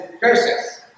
curses